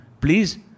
Please